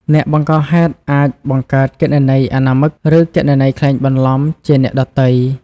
អ្នកបង្កហេតុអាចបង្កើតគណនីអនាមិក ឬគណនីក្លែងបន្លំជាអ្នកដទៃ។